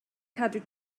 cadw